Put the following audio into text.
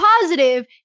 positive